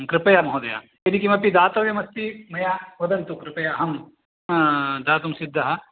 कृपया महोदय यदि किमपि दातव्यमस्ति मया वदन्तु कृपया अहं दातुं सिद्धः